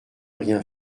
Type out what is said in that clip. rien